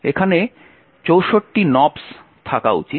এখানে 64 nops থাকা উচিত